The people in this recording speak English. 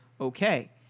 okay